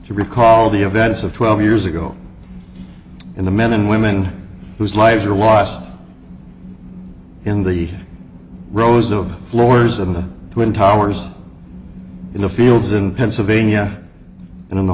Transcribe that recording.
to recall the events of twelve years ago in the men and women whose lives were lost in the rows of floors of the twin towers in the fields in pennsylvania and in the